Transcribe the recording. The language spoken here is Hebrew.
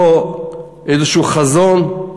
לא איזשהו חזון,